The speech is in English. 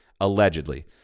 allegedly